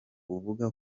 uvuga